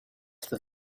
that